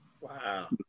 Wow